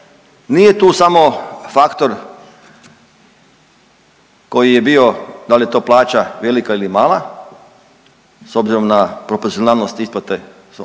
nije tu samo faktor koji je bio, da li je to plaća velika ili mala, s obzirom na proporcionalnost isplate za